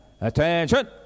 attention